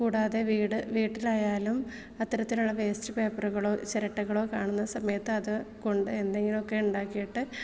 കൂടാതെ വീട് വീട്ടിലായാലും അത്തരത്തിലുള്ള വേസ്റ്റ് പേപ്പറുകളോ ചിരട്ടകളോ കാണുന്ന സമയത്ത് അത് കൊണ്ട് എന്തെങ്കിലുമൊക്കെ ഉണ്ടാക്കിയിട്ട്